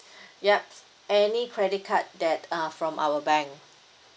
yup any credit card that uh from our bank